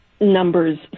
numbers